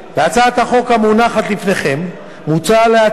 בהצעת החוק המונחת לפניכם מוצע להתיר